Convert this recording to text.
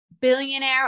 billionaire